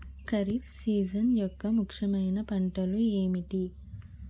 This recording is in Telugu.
ఖరిఫ్ సీజన్ యెక్క ముఖ్యమైన పంటలు ఏమిటీ?